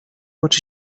uczy